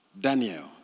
Daniel